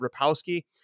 Rapowski